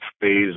phase